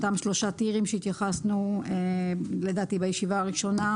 אותם שלושה טירים שהתייחסנו בישיבה הראשונה.